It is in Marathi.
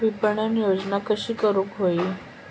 विपणन योजना कशी करुक होई?